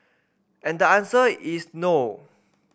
and the answer is no